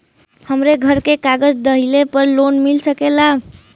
हमरे घरे के कागज दहिले पे लोन मिल सकेला?